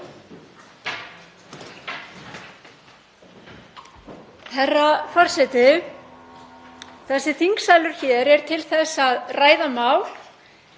Herra forseti. Þessi þingsalur hér er til að ræða mál,